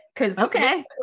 okay